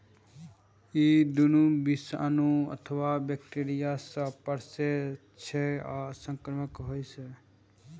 ई दुनू विषाणु अथवा बैक्टेरिया सं पसरै छै आ संक्रामक होइ छै